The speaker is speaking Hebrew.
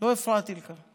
לא הפרעתי לך.